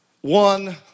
one